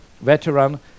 veteran